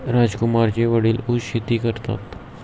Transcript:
राजकुमारचे वडील ऊस शेती करतात